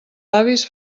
avis